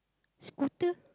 scooter